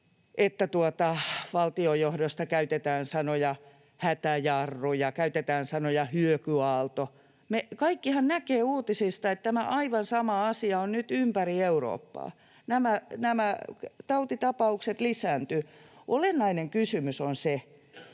että valtiojohdossa käytetään sanaa ”hätäjarru” ja käytetään sanaa ”hyökyaalto”. Kaikkihan näkevät uutisista, että tämä aivan sama asia on nyt ympäri Eurooppaa: nämä tautitapaukset lisääntyvät. Olennainen kysymys on se,